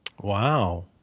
Wow